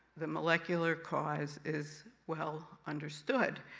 the molecular cause is well understood.